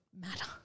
matter